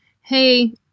Hey